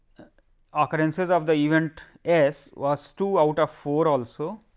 occurrences of the event s was two out of four also,